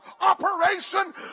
operation